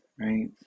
right